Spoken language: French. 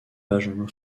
benjamin